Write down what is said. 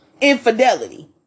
infidelity